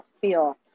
feel